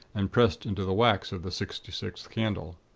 and pressed into the wax of the sixty-sixth candle.